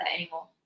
anymore